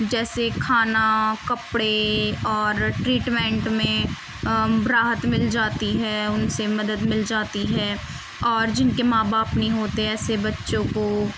جیسے کھانا کپڑے اور ٹریٹمنٹ میں راحت مل جاتی ہے ان سے مدد مل جاتی ہے اور جن کے ماں باپ نہیں ہوتے ایسے بچوں کو